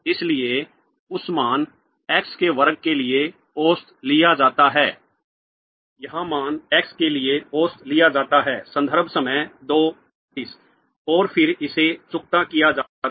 इसलिए उस मान x के वर्ग के लिए औसत लिया जाता है यहां मान x के लिए औसत लिया जाता है और फिर इसे चुकता किया जाता है